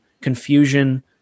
confusion